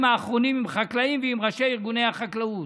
האחרונים עם חקלאים ועם ראשי ארגוני החקלאות.